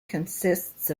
consists